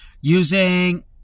using